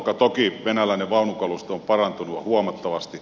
toki venäläinen vaunukalusto on parantunut huomattavasti